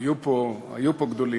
היו פה, היו פה גדולים.